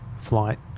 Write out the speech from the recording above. flight